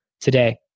today